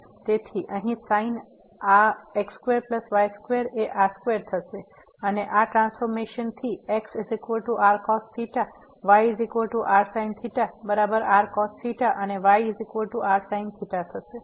તેથી અહીં sin આ x2y2 એ r2થશે અને આ ટ્રાન્સફોરમેશન થી xrcos yrsin બરાબર rcos અને yrsin થશે